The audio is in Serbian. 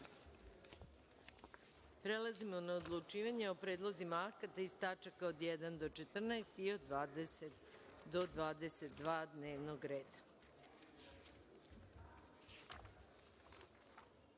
rad. Prelazimo na odlučivanje o predlozima akata iz tačaka od 1. do 14. i od 20. do 22. dnevnog